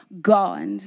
God